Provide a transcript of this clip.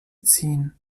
ziehen